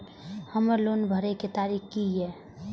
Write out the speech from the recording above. हमर लोन भरय के तारीख की ये?